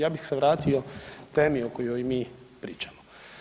Ja bih se vratio temi o kojoj mi pričamo.